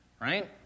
right